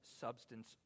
substance